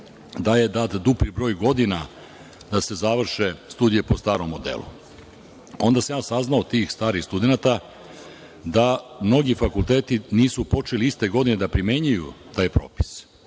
da je dat dupli broj godina da se završe studije po starom modelu. Onda sam ja saznao od tih starih studenata da mnogi fakulteti nisu počeli iste godine da primenjuju taj propis,